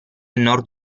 nord